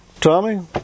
Tommy